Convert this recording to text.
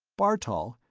bartol,